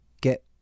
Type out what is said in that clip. get